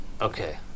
Okay